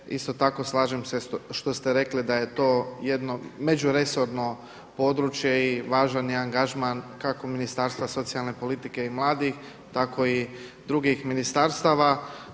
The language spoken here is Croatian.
isto tako slažem se što ste rekli da je to jedno međuresorno područje i važan je angažman kako Ministarstva socijalne politike i mladih tako i drugih ministarstava.